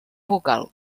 vocal